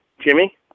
Jimmy